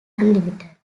unlimited